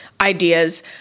ideas